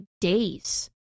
days